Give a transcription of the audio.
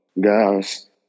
guys